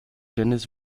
dennis